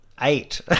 eight